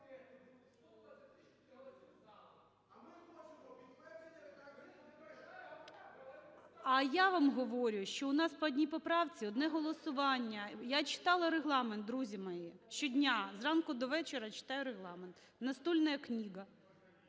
А я вам говорю, що у нас по одній поправці - одне голосування, я читала Регламент, друзі мої, щодня зранку до вечора читаю Регламент –настольная книга.